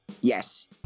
yes